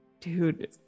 dude